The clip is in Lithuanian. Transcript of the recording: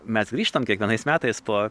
mes grįžtam kiekvienais metais po